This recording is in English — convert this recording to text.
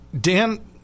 Dan